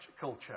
culture